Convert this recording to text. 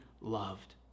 loved